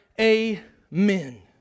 Amen